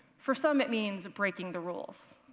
for some it means breaking the rules.